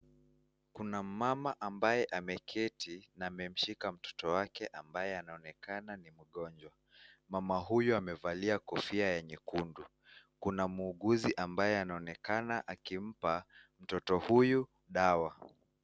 Kuna mama ambaye ameketi na amemshika mtoto wake ambaye anaonekana ni mgonjwa. Mama huyu amevalia kofia ya nyekundu. Kuna muuguzi ambaye anaonekana akimpa mtoto huyu dawa.